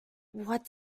what